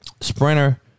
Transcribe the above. sprinter